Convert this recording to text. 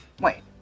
Wait